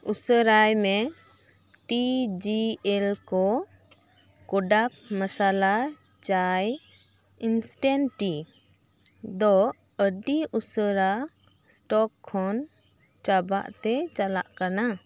ᱩᱥᱟᱹᱨᱟᱭ ᱢᱮ T G L Co kadak masala chai instant tea ᱫᱚ ᱟ ᱰᱤ ᱩᱥᱟᱹᱨᱟᱹ ᱥᱴᱚᱠ ᱠᱷᱚᱱ ᱪᱟᱵᱟᱜ ᱛᱮ ᱪᱟᱞᱟᱜ ᱠᱟᱱᱟ